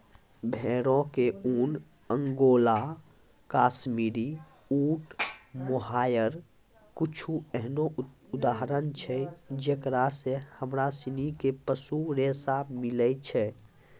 भेड़ो के ऊन, अंगोला, काश्मीरी, ऊंट, मोहायर कुछु एहनो उदाहरण छै जेकरा से हमरा सिनी के पशु रेशा मिलै छै